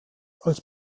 als